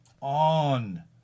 on